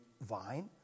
vine